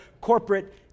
corporate